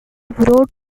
wrote